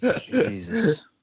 Jesus